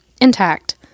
intact